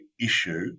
issue